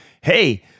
Hey